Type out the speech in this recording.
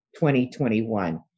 2021